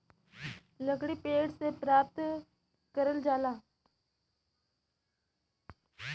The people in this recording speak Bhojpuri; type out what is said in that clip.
लकड़ी पेड़ से प्राप्त करल जाला